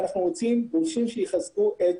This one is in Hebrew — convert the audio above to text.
ואנחנו רוצים שיחזקו את